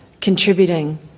contributing